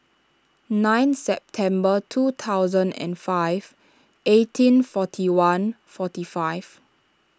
nine September two thousand and five eighteen forty one forty five